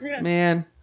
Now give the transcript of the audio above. man